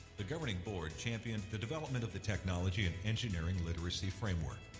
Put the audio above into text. the governing board championed the development of the technology and engineering literacy framework.